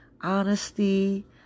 honesty